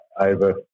over